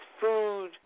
food